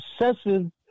obsessive